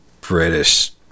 British